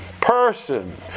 person